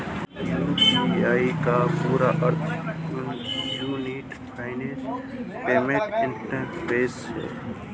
UPI का पूरा अर्थ यूनिफाइड पेमेंट इंटरफ़ेस है